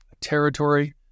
territory